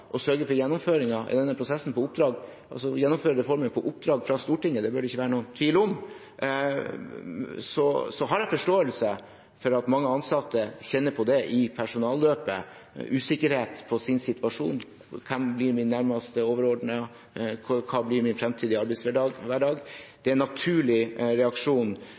bør det ikke være noen tvil om. Så har jeg forståelse for at mange ansatte kjenner på usikkerhet i sin situasjon når det gjelder personalløpet: Hvem blir min nærmeste overordnede? Hva blir min fremtidige arbeidshverdag? Det er en naturlig reaksjon.